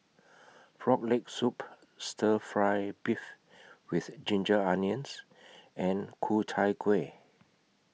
Frog Leg Soup Stir Fry Beef with Ginger Onions and Ku Chai Kueh